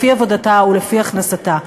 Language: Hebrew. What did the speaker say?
לפי עבודתה ולפי הכנסתה,